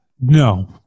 No